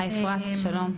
היי אפרת שלום.